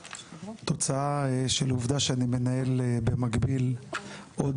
תוצאה של עובדה שאני מנהל במקביל עוד